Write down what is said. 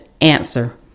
answer